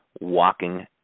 walking